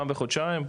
פעם בחודשיים?